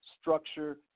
structure